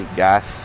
gas